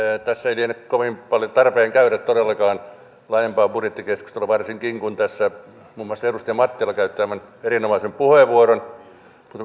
tässä ei liene kovin paljon tarpeen todellakaan käydä laajempaa budjettikeskustelua varsinkin kun tässä muun muassa edustaja mattila käytti aivan erinomaisen puheenvuoron